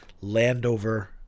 Landover